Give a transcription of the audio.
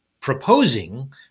proposing